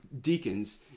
deacons